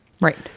Right